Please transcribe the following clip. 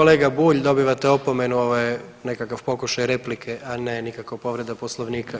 Kolega Bulj dobivate opomenu, ovo je nekakav pokušaj replike, a ne nikako povreda Poslovnika.